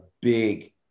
big